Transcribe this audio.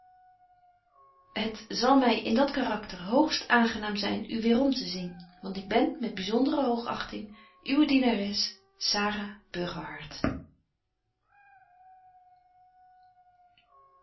het zal my in dat karakter hoogst aangenaam zyn u weêrom te zien want ik ben met byzondere hoogachting uwe dienares